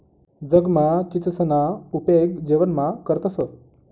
जगमा चीचसना उपेग जेवणमा करतंस